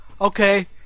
Okay